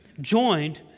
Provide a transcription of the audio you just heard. joined